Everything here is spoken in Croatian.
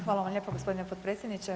Hvala vam lijepa gospodine potpredsjedniče.